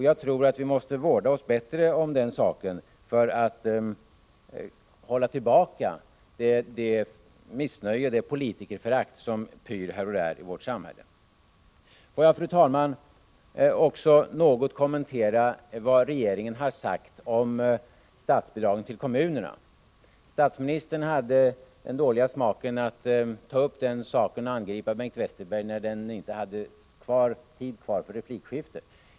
Jag tror att vi måste vårda oss bättre om den saken för att hålla tillbaka det missnöje och det politikerförakt som pyr här och där i vårt samhälle. Låt mig, fru talman, också något kommentera vad regeringen har sagt om statsbidragen till kommunerna. Statsministern hade den dåliga smaken att ta upp den saken och angripa Bengt Westerberg när denne inte hade tid kvar för replik.